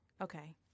Okay